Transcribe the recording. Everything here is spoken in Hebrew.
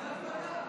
לוועדת מדע.